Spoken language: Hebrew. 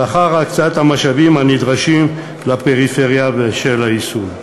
ואחר הקצאת המשאבים הנדרשים לפריפריה בשל יישום החוק.